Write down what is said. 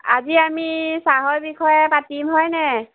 আজি আমি চাহৰ বিষয়ে পাতিম হয়নে